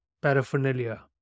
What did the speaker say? paraphernalia